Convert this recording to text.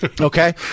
Okay